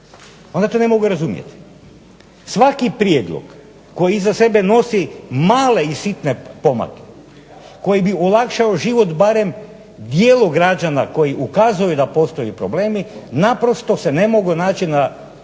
onda to ne mogu razumjeti. Svaki prijedlog koji iza sebe nosi male i sitne pomake, koji bi olakšao život barem dijelu građana koji ukazuju da postoje problemi naprosto se ne mogu naći na